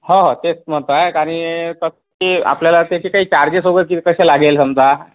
हो हो तेच म्हणतो आहे आणि ते आपल्याला त्याचे काही चार्जेस वगैरे कसे लागेल समजा